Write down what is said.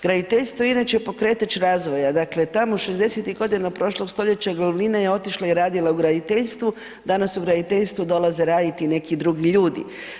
Graditeljstvo je inače pokretač razvoja, dakle tamo šezdesetih godina prošlog stoljeća glavnina je otišla i radila u graditeljstvu, danas u graditeljstvo dolaze raditi neki drugi ljudi.